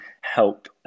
help